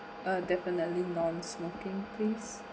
uh definitely non smoking please